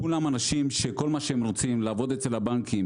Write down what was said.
כולם אנשים שכל מה שהם רוצים זה לעבוד אצל הבנקים,